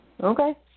Okay